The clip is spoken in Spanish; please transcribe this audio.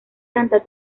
santa